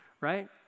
right